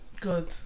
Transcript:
Good